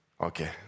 Okay